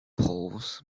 poles